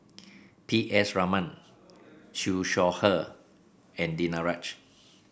P S Raman Siew Shaw Her and Danaraj